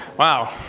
wow.